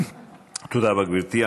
תודה רבה, גברתי.